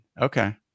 Okay